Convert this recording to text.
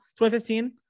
2015